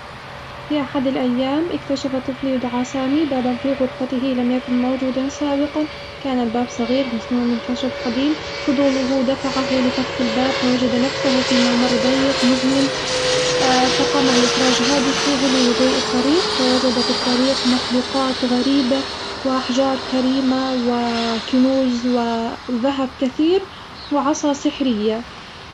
في أحد الأيام، اكتشف طفل يدعى سامي بابًا في غرفته لم يكن موجودًا سابقًا، كان الباب صغير مصنوع من خشب قديم، فضوله دفعه لفتح الباب فوجد نفسه في ممر ضيق مظلم فقام بإخراج هاتفه ليضيء الطريق فوجد في الطريق مخلوقات غريبة وأحجار كريمة و كنوز و ذهب كثير وعصا سحرية.